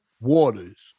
Waters